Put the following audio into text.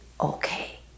okay